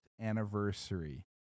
anniversary